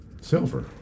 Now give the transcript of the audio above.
Silver